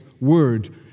word